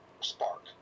spark